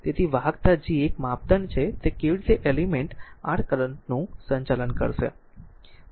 તેથી વાહકતા G એ એક માપદંડ છે કે કેવી રીતે એલિમેન્ટ r કરંટ નું સંચાલન કરશે